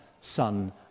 son